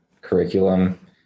curriculum